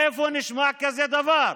איפה נשמע כזה דבר?